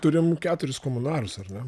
turim keturis komunarus ar ne